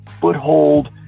foothold